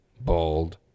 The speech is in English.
Bald